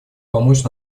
помочь